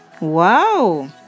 Wow